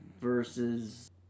versus